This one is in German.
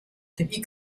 dem